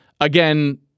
Again